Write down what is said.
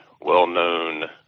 well-known